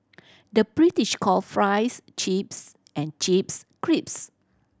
the British call fries chips and chips